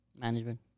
management